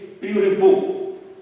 beautiful